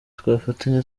twafatanya